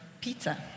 pizza